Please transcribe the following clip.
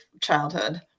childhood